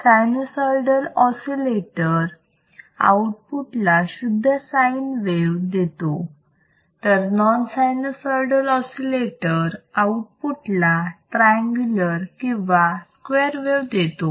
sinusoidal oscillator output ला शुद्ध sine wave देतो तर नॉन सायन्यूसॉइडल ऑसिलेटर आउटपुट ला ट्रायअंगुलर triangular किंवा स्क्वेअर वेव देतो